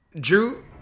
Drew